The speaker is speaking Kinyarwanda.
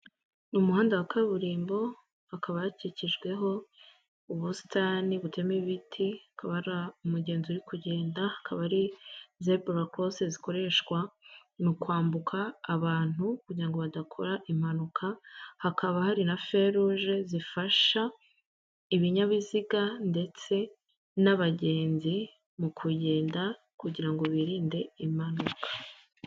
Mu muhanda wa kaburimbo hakaba hakikijweho ubusitani buteyemo ibiti hakaba hari umugenzi uri kugenda akaba ari zebra cross zikoreshwa mu kwambuka abantu kugirango badakora impanuka, hakaba hari na fei rouge zifasha ibinyabiziga ndetse n'abagenzi mu kugenda kugirango birinde impanuka.